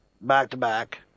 Back-to-back